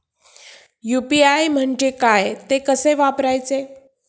UPI म्हणजे काय, ते कसे वापरायचे?